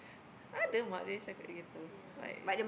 ada mak dia cakap begitu like